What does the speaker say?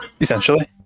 essentially